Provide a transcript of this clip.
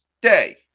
Day